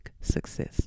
success